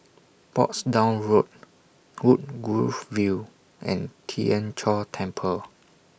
Portsdown Road Woodgrove View and Tien Chor Temple